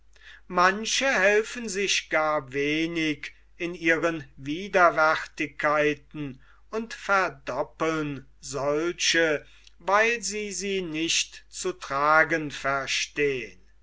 manche helfen sich gar wenig in ihren widerwärtigkeiten und verdoppeln solche weil sie sie nicht zu tragen verstehn